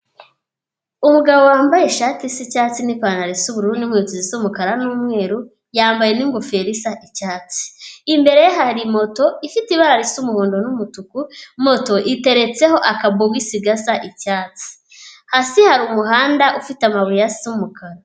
Umugabo wambaye ishati isa icyatsi n'ipantaro isa ubururu n'inkweto zisa umukara n'umweru, yambaye n'ingofero isa icyatsi, imbere ye hari moto ifite ibara risa umuhondo n'umutuku, moto iteretseho akabogisi gasa icyatsi, hasi hari umuhanda ufite amabuye asa umukara.